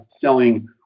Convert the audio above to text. selling